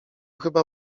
chyba